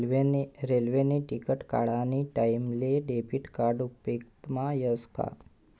रेल्वेने तिकिट काढानी टाईमले डेबिट कार्ड उपेगमा यस का